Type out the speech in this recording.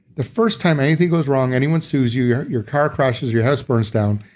the first time anything goes wrong, anyone sues you, your your car crashes, your house burns down,